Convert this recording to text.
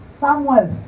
Samuel